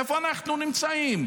איפה אנחנו נמצאים?